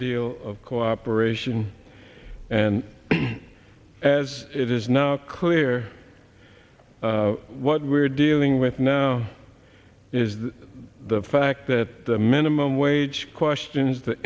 deal of cooperation and as it is now clear what we're dealing with now is the fact that the minimum wage questions the